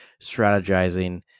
strategizing